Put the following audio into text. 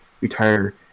retire